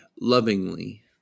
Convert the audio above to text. lovingly